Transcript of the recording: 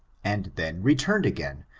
and then returned again,